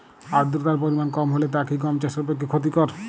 আর্দতার পরিমাণ কম হলে তা কি গম চাষের পক্ষে ক্ষতিকর?